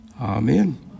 Amen